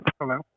Hello